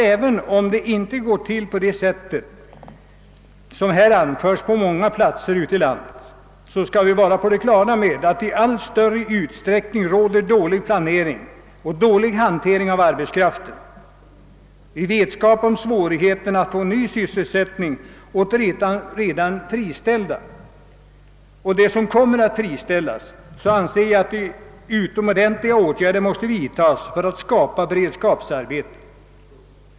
Även om det inte går till på detta sätt på många platser i landet förekommer inom skogsbruket i allmänhet i allt större utsträckning dålig planering. Eftersom det är svårt för de friställda och för dem som kommer att friställas att få ny sysselsättning anser jag det naturligt att åtgärder måste vidtas för att skapa beredskapsarbeten.